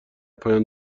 پایان